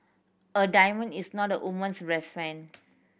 a diamond is not a woman's best friend